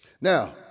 Now